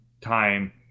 time